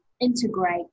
integrate